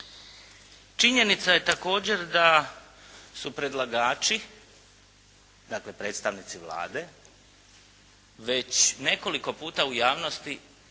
Činjenica je, također da su predlagači, dakle predstavnici Vlade već nekoliko puta u javnosti